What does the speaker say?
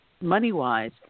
money-wise